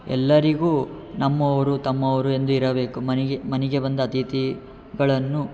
ಎಲ್ಲರಿಗು ನಮ್ಮವರು ತಮ್ಮವರು ಎಂದು ಇರಬೇಕು ಮನೆಗೆ ಮನೆಗೆ ಬಂದ ಅತಿಥಿಗಳನ್ನು